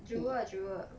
jewel jewel